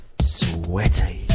Sweaty